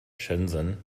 shenzhen